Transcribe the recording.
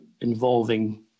involving